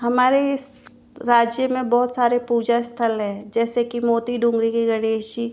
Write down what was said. हमारे इस राज्य में बहुत सारे पूजा स्थल है जैसे के मोती डोंगरी के गणेश जी